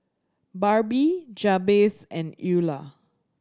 Barbie Jabez and Eulah